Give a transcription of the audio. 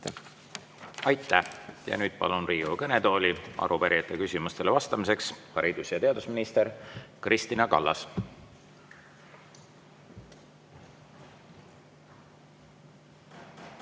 Aitäh! Ja nüüd palun Riigikogu kõnetooli arupärijate küsimustele vastama haridus‑ ja teadusminister Kristina Kallase.